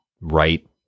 right